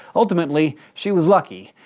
ultimately, she was lucky.